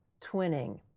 twinning